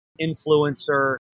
Influencer